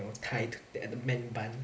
know tie to there the man bun